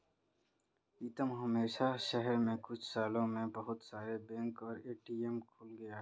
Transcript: पीतम हमारे शहर में कुछ सालों में बहुत सारे बैंक और ए.टी.एम खुल गए हैं